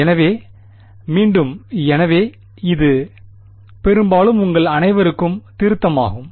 எனவே மீண்டும் எனவே இது பெரும்பாலும் உங்கள் அனைவருக்கும் திருத்தமாகும்